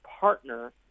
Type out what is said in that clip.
partner